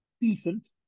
decent